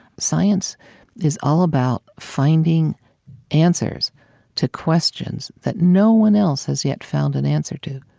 science is all about finding answers to questions that no one else has yet found an answer to.